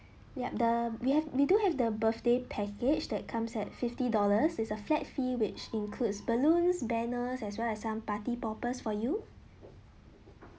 yup the we have we do have the birthday package that comes at fifty dollars is a flat fee which includes balloons banners as well as some party popper for you